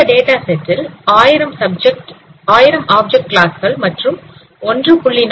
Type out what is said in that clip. இந்த டேட்டா செட்டில் ஆயிரம் ஆப்ஜெக்ட் கிளாஸ் கள் மற்றும் 1